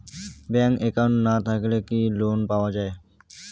Bank account না থাকিলে কি লোন পাওয়া য়ায়?